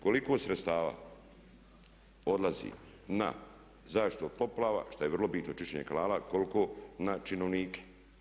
Koliko sredstava odlazi na zaštitu od poplava, šta je vrlo bitno i čišćenje kanala a koliko na činovnike?